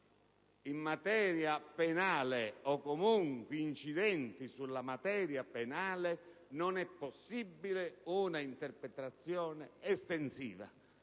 in materia penale o comunque incidenti sulla materia penale, non è possibile un'interpretazione estensiva.